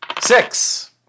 Six